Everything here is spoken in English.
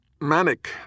manic